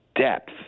depth